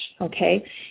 okay